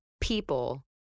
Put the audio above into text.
people